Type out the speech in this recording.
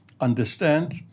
understand